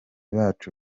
bacu